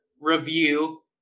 review